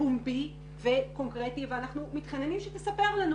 פומבי וקונקרטי ואנחנו מתחננים שתספר לנו.